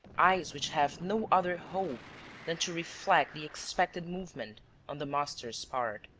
eyes which have no other hope than to reflect the expected movement on the master's part.